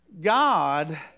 God